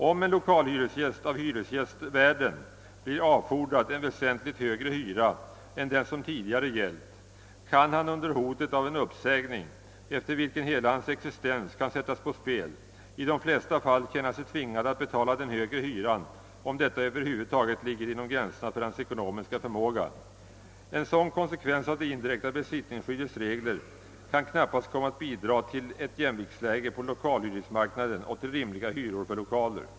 Om en lokalhyresgäst av hyresvärden blir avfordrad en väsentligt högre hyra än den som tidigare gällt, kan han under hotet av en uppsägning, efter vilken hela hans existens kan sättas på spel, i de flesta fall känna sig tvingad att betala den högre hyran om detta över huvud taget ligger inom gränserna för hans ekonomiska förmåga. En sådan konsekvens av det indirekta besittningsskyddets regler kan knappast komma att bidra till ett jämviktsläge på lokalhyresmarknaden och till rimliga hyror för lokaler.